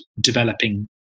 developing